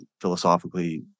philosophically